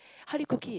how do you cook it